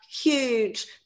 huge